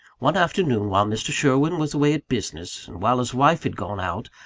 one afternoon, while mr. sherwin was away at business, and while his wife had gone out,